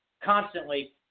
constantly